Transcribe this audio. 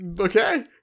Okay